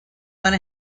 went